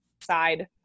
side